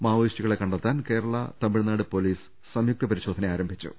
മാവോയിസ്റ്റുകളെ കണ്ടെത്താൻ കേരള തമിഴ്നാട് പൊലീസ് സംയുക്ത പരിശോധന ആരംഭിച്ചു